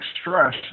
stress